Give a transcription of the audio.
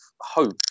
hope